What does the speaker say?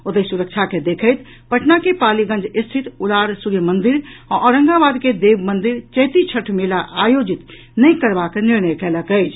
ओतहि सुरक्षा के देखैत पटना के पालीगंज स्थित उलार सूर्य मंदिर आ औरंगाबाद के देव मंदिर चैती छठि मेला आयोजित नहि करबाक निर्णय कयल गेल अछि